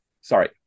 Sorry